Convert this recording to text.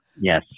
yes